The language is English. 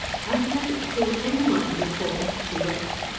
i have never told any one before, she wept.